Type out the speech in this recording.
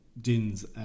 Din's